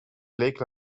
lake